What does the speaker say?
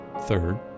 Third